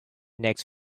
next